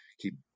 keep